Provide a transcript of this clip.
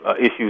issues